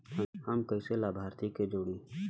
हम कइसे लाभार्थी के जोड़ी?